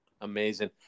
Amazing